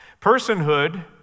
Personhood